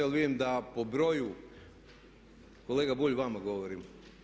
Jer vidim da po broju, kolega Bulj vama govorim.